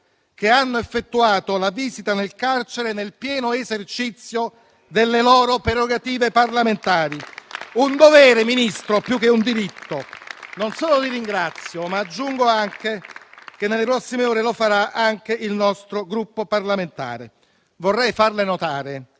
che hanno effettuato la visita nel carcere, nel pieno esercizio delle loro prerogative parlamentari. Il loro è un dovere, signor Ministro, più che un diritto. Non solo li ringrazio, ma aggiungo anche che, nelle prossime ore, lo farà anche il nostro Gruppo parlamentare. Signor